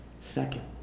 Second